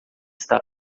está